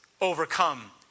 overcome